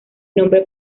nombre